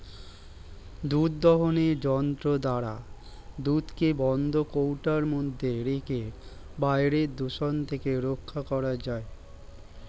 দুধ দোহনের যন্ত্র দ্বারা দুধকে বন্ধ কৌটোর মধ্যে রেখে বাইরের দূষণ থেকে রক্ষা করা যায়